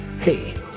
Hey